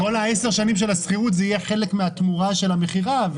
כי כל ה-10 שנים של השכירות זה יהיה חלק מהתמורה של המכירה,